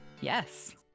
Yes